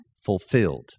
fulfilled